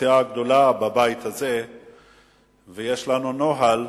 אנחנו הסיעה הגדולה בבית הזה ויש לנו נוהל